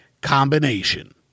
combination